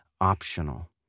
optional